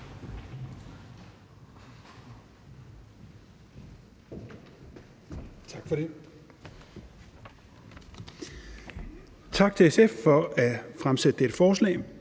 (RV): Tak til SF for at fremsætte dette forslag.